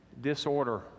disorder